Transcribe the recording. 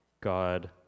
God